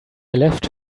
left